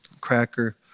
cracker